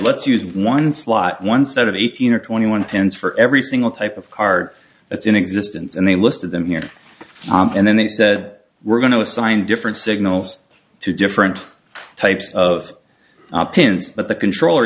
let's use one slot one set of eighteen or twenty one pins for every single type of card that's in existence and they listed them here and then they said we're going to assign different signals to different types of oppin is but the controller